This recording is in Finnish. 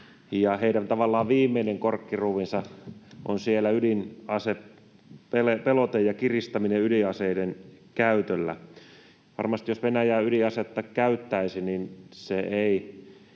heidän tavallaan viimeinen korkkiruuvinsa on pelote ja kiristäminen ydinaseiden käytöllä. Jos Venäjä ydinasetta käyttäisi, niin varmasti